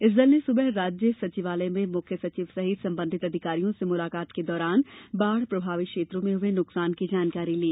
इस दल ने सुबह राज्य सचिवालय में मुख्य सचिव सहित संबंधित अधिकारियों से मुलाकात के दौरान बाढ़ प्रभावित क्षेत्रों में हुये नुकसान की जानकारी ली